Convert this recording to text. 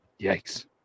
Yikes